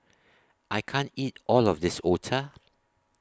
I can't eat All of This Otah